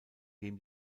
dem